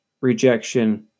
rejection